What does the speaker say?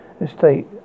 estate